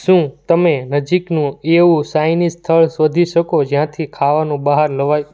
શું તમે નજીકનું એવું સાઈનીઝ સ્થળ શોધી શકો જ્યાંથી ખાવાનું બહાર લવાય